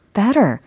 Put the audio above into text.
better